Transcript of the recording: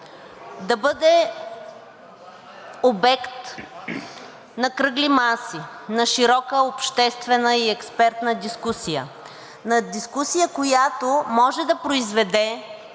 да бъде обект на кръгли маси, на широка обществена и експертна дискусия, на дискусия, която може да произведе